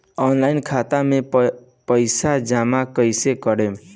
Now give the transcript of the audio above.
Online खाता मे पईसा जमा कइसे करेम?